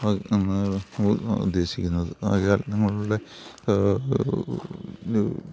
അത് തന്നെയാണ് ഉദ്ദേശിക്കുന്നത് ആകയാൽ നിങ്ങളുടെ